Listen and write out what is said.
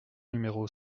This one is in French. numéro